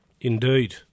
Indeed